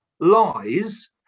lies